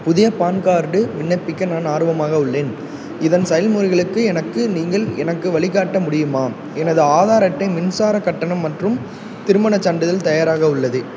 புதிய PAN card விண்ணப்பிக்க நான் ஆர்வமாக உள்ளேன் இதன் செயல்முறைகளுக்கு எனக்கு நீங்கள் எனக்கு வழிகாட்ட முடியுமா எனது ஆதார் அட்டை மின்சாரக் கட்டணம் மற்றும் திருமணச் சான்றிதழ் தயாராக உள்ளன